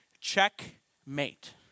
Checkmate